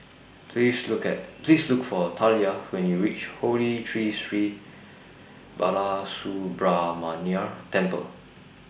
Please Look At Please Look For Talia when YOU REACH Holy Tree Sri Balasubramaniar Temple